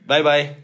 Bye-bye